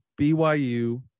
BYU